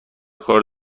کار